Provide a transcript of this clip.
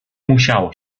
musiało